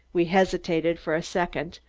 we hesitated for a second,